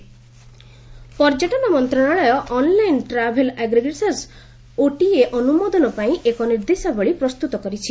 OTA guidelines ପର୍ଯ୍ୟଟନ ମନ୍ତ୍ରଶାଳୟ online travel aggregators OTA ଅନୁମୋଦନ ପାଇଁ ଏକ ନିର୍ଦ୍ଦେଶାବାଳୀ ପ୍ରସ୍ତୁତ କରିଛି